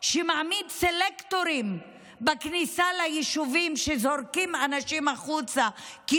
שמעמיד סלקטורים בכניסה ליישובים שזורקים האנשים החוצה כי